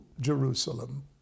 Jerusalem